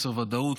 מחוסר הוודאות,